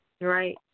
Right